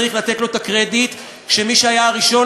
צריך לתת לו את הקרדיט של מי שהיה הראשון